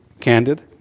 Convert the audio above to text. candid